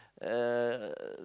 uh